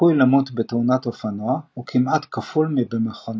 הסיכוי למוות בתאונת אופנוע הוא כמעט כפול מבמכונית.